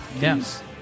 Yes